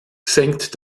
senkt